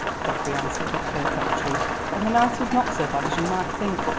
geoffrey answered with perfect truth, and the night is not so bad as you might think,